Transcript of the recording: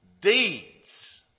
deeds